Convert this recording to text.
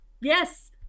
Yes